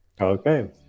okay